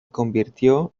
convirtió